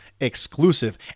exclusive